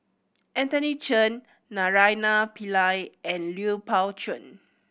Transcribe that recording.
Anthony Chen Naraina Pillai and Lui Pao Chuen